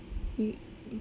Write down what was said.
you